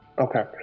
Okay